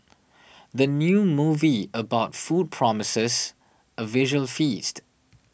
the new movie about food promises a visual feast